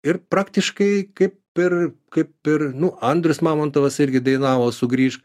ir praktiškai kaip ir kaip ir nu andrius mamontovas irgi dainavo sugrįšk